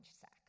sack